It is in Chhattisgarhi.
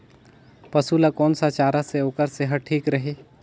पशु ला कोन स चारा से ओकर सेहत ठीक रही?